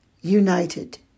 united